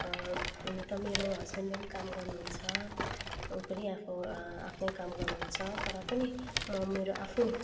हुन त मेरो हस्बेन्डले पनि काम गर्नुहुन्छ उ पनि आफू आफ्नै काम गर्नुहुन्छ तर पनि म मेरो आफ्नो